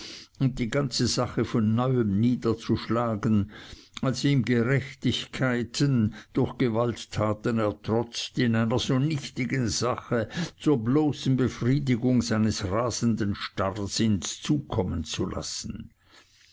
und die ganze sache von neuem niederzuschlagen als ihm gerechtigkeit durch gewalttaten ertrotzt in einer so nichtigen sache zur bloßen befriedigung seines rasenden starrsinns zukommen zu lassen